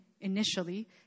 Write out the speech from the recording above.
initially